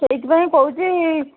ସେଥିପାଇଁ କହୁଛି